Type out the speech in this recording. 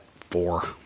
four